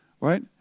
Right